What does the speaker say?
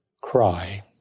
cry